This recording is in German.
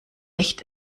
echt